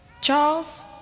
Charles